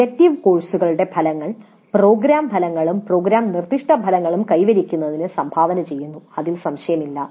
elective കോഴ്സുകളുടെ ഫലങ്ങൾ programme ഫലങ്ങളും പ്രോഗ്രാം നിർദ്ദിഷ്ട ഫലങ്ങളും കൈവരിക്കുന്നതിന് സംഭാവന ചെയ്യുന്നു അതിൽ സംശയമില്ല